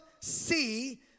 see